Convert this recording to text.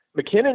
McKinnon